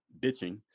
bitching